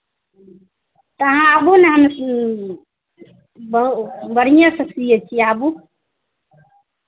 तऽ अहाँ आबू ने हम बहुत बढ़िएँसँ सियै छियै आबू